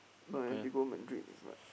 no Atletico Madrid is like